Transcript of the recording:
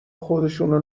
خودشونو